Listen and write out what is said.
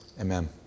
Amen